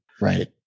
Right